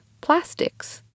plastics